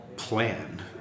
plan